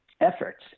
efforts